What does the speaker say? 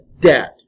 dead